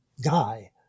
guy